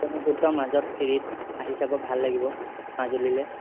ব্ৰক্ষ্মপুত্ৰৰ মাজত ফেৰীত আহি চাব ভাল লাগিব মাজুলীলৈ